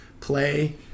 play